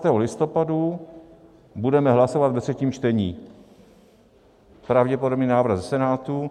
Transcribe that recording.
Dne 19. listopadu budeme hlasovat ve třetím čtení pravděpodobný návrh ze Senátu.